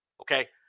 Okay